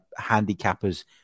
Handicappers